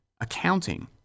accounting